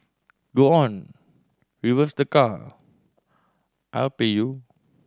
go on reverse the car I'll pay you